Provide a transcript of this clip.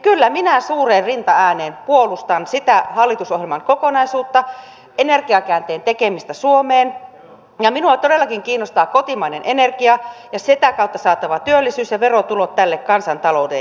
kyllä minä suureen rintaääneen puolustan sitä hallitusohjelman kokonaisuutta energiakäänteen tekemistä suomeen ja minua todellakin kiinnostaa kotimainen energia ja sitä kautta saatava työllisyys ja verotulot tälle kansantaloudelle